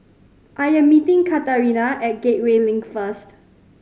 I am meeting Katharina at Gateway Link first